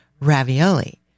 ravioli